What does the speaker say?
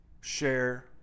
share